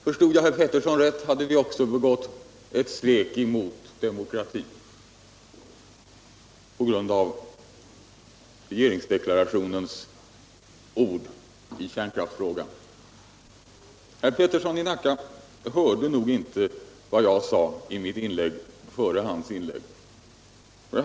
Förstod jag herr Peterson i Nacka rätt har vi också begått ett svek mot demokratin genom regeringsdeklarationens ord i kärnkrafisfrågan. Herr Peterson i Nacka hörde nog inte vad jag sade i mitt inlägg före hans anförande.